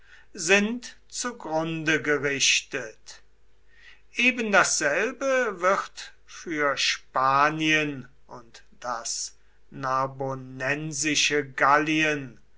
sind zugrunde gerichtet ebendasselbe wird für spanien und das narbonensische gallien